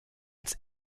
als